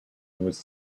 was